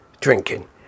Drinking